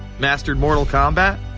mastered mortal kombat,